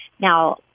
now